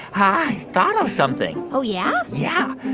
i thought of something oh, yeah? yeah.